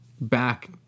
back